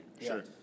Sure